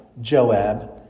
Joab